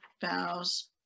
vows